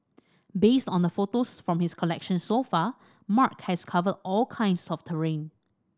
based on the photos from his collection so far Mark has covered all kinds of terrain